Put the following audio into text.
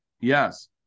Yes